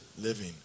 living